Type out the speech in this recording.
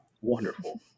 Wonderful